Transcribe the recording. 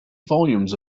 volumes